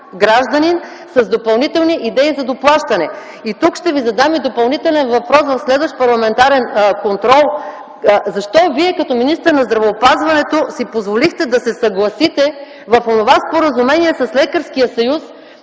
гражданин с допълнителни идеи за доплащане?! Тук ще Ви задам и допълнителен въпрос в следващ парламентарен контрол: защо Вие като министър на здравеопазването си позволихте да се съгласите в онова споразумение с Лекарския съюз